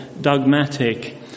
dogmatic